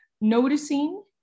noticing